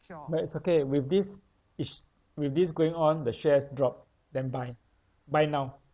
but it's okay with this is with this going on the shares drop then buy buy now